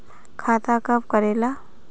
खाता कब करेला?